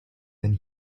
than